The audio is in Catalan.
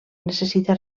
necessita